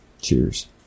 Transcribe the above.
Cheers